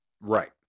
Right